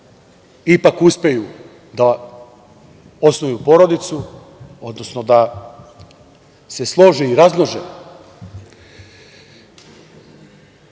ipak uspeju da osnuju porodicu, odnosno da se slože i razmnože,